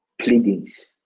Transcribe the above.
Pleadings